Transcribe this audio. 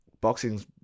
boxing's